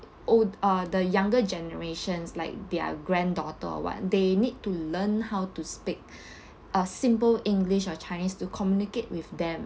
old uh the younger generations like their granddaughter or what they need to learn how to speak a simple english or chinese to communicate with them